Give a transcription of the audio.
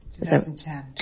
2010